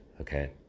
Okay